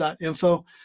Info